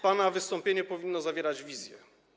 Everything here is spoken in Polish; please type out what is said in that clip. Pana wystąpienie powinno zawierać wizję.